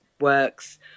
works